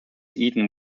eaten